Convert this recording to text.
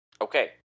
Okay